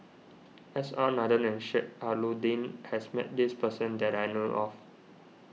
S R Nathan and Sheik Alau'ddin has met this person that I know of